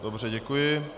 Dobře, děkuji.